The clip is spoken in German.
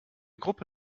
gruppe